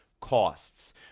costs